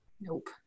Nope